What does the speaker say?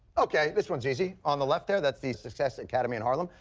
okay, this one's easy. on the left there that's the success academy in harlem.